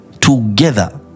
together